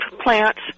plants